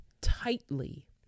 tightly